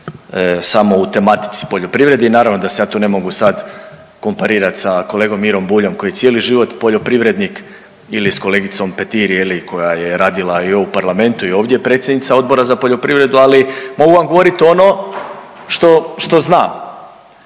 samo u tematici u poljoprivredi i naravno da se ja tu ne mogu sad komparirat sa kolegom Mirom Buljom koji je cijeli život poljoprivrednik ili s kolegicom Petir koja je radila i EU Parlamentu i ovdje je predsjednica Odbora za poljoprivredu, ali mogu vam govoriti ono što znam.